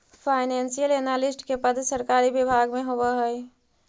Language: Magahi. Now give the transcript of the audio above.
फाइनेंशियल एनालिस्ट के पद सरकारी विभाग में होवऽ हइ